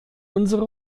unsere